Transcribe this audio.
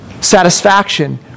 satisfaction